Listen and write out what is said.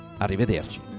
Arrivederci